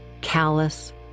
Callous